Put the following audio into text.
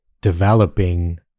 developing